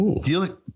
Dealing